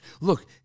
look